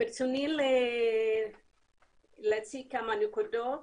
וברצוני להציג כמה נקודות.